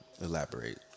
Elaborate